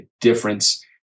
difference